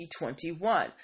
2021